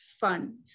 fun